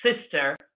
sister